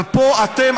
אבל פה אתם,